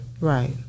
Right